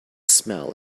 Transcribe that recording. smell